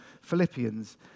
Philippians